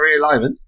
realignment